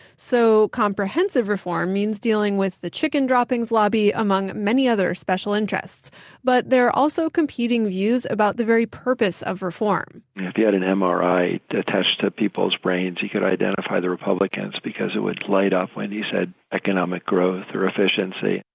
so comprehensive reform means dealing with the chicken droppings lobby, among many other special interests but there are also competing views about the very purpose of reform. if you had an um mri attached to people's brains, you could identify the republicans because it would light up when you said economic growth or efficiency.